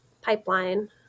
pipeline